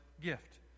gift